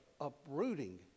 uprooting